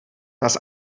das